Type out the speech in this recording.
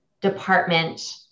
department